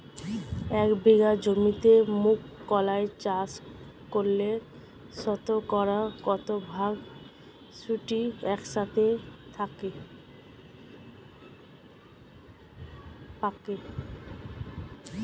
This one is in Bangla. এক বিঘা জমিতে মুঘ কলাই চাষ করলে শতকরা কত ভাগ শুটিং একসাথে পাকে?